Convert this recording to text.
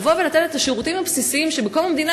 לתת את השירותים הבסיסיים שבקום המדינה